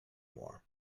more